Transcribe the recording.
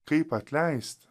kaip atleist